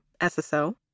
SSO